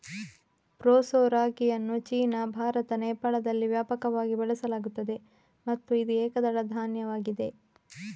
proso ರಾಗಿಯನ್ನು China, Bharat, ನೇಪಾಳದಲ್ಲಿ ವ್ಯಾಪಕವಾಗಿ ಬೆಳೆಸಲಾಗುತ್ತದೆ ಮತ್ತು ಇದು ಏಕದಳ ಧಾನ್ಯವಾಗಿದೆ